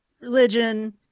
religion